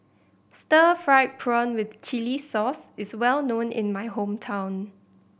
stir fried prawn with chili sauce is well known in my hometown